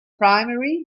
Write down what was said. primary